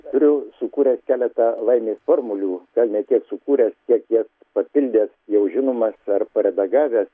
turiu sukūręs keletą laimės formulių gal ne tiek sukūręs tiek kiek papildęs jau žinomas ar paredagavęs